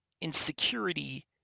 insecurity